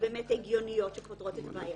שבאמת הגיוניות ופותרות את הבעיה.